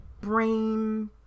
brain